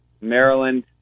Maryland